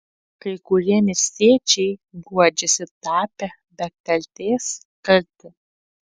kai kurie miestiečiai guodžiasi tapę be kaltės kalti